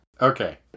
Okay